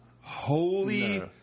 Holy